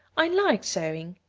i like sewing.